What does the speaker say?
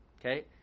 okay